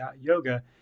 Yoga